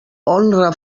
honra